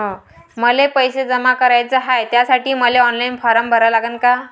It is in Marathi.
मले पैसे जमा कराच हाय, त्यासाठी मले ऑनलाईन फारम भरा लागन का?